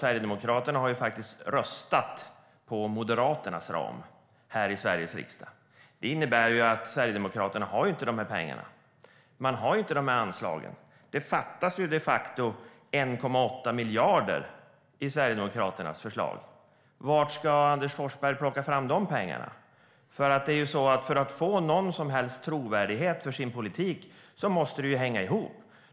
Sverigedemokraterna har faktiskt röstat på Moderaternas ram här i Sveriges riksdag. Det innebär att Sverigedemokraterna inte har dessa pengar och anslag. Det fattas de facto 1,8 miljarder i Sverigedemokraternas förslag. Varifrån ska Anders Forsberg plocka fram de pengarna? För att få någon som helst trovärdighet för sin politik måste den hänga ihop.